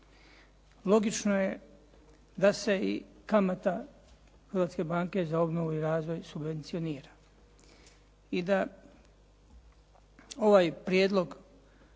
Logično je da se i kamata Hrvatske banke za obnovu i razvoj subvencionira i da ovaj prijedlog